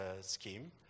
scheme